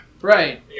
Right